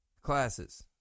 classes